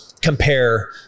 compare